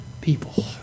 people